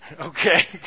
okay